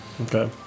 okay